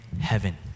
heaven